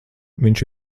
viņš